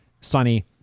Sunny